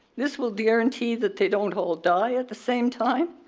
this will guarantee that they don't all die at the same time,